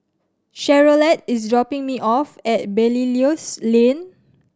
Charolette is dropping me off at Belilios Lane